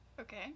Okay